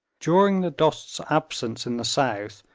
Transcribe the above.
during the dost's absence in the south,